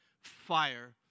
fire